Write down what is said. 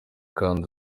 kandi